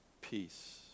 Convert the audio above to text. peace